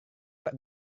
pak